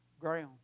ground